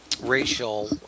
Racial